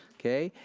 okay?